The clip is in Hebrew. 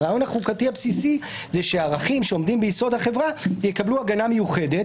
הרעיון החוקתי הבסיסי הוא שערכים שעומדים ביסוד החברה יקבלו הגנה מיוחדת